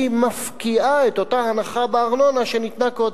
מפקיעה את אותה הנחה בארנונה שניתנה קודם.